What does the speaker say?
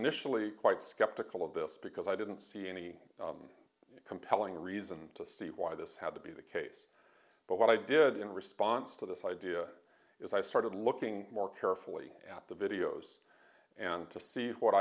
initially quite skeptical of this because i didn't see any compelling reason to see why this had to be the case but what i did in response to this idea is i started looking more carefully at the videos and to see what